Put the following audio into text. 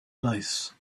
lace